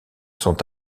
sont